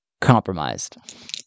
compromised